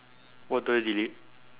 what do I delete